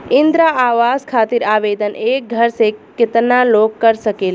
इंद्रा आवास खातिर आवेदन एक घर से केतना लोग कर सकेला?